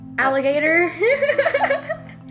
Alligator